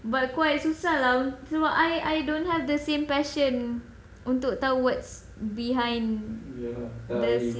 but quit susah lah sebab I I don't have the same passion untuk tahu what's behind the system